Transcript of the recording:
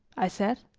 i said,